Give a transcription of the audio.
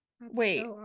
wait